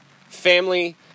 Family